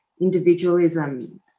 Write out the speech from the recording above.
individualism